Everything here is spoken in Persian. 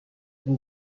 این